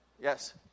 Yes